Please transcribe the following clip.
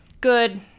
good